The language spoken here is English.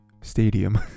stadium